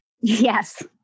Yes